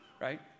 right